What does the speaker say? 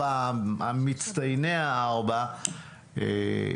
מצטייני ארבע יחידות,